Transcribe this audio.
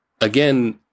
again